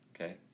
Okay